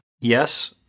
Yes